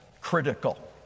critical